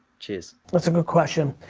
cheers. that's a good question.